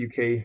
UK